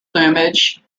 plumage